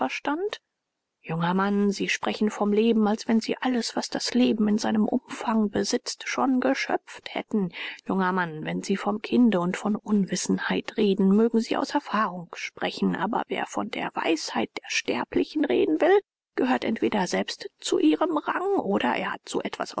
verstand junger mann sie sprechen vom leben als wenn sie alles was das leben in seinem umfang besitzt schon geschöpft hätten junger mann wenn sie vom kinde und von unwissenheit reden mögen sie aus erfahrung sprechen aber wer von der weisheit der sterblichen reden will gehört entweder selbst zu ihrem rang oder er hat so etwas